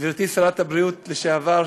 גברתי שרת הבריאות לשעבר,